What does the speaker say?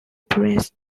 prince